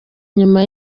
nyuma